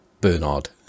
bernard